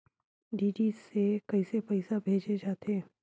DD से कइसे पईसा भेजे जाथे?